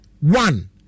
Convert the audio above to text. one